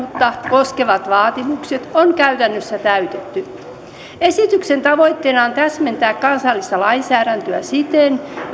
koskevat vaatimukset on käytännössä täytetty esityksen tavoitteena on täsmentää kansallista lainsäädäntöä siten